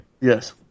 Yes